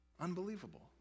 Unbelievable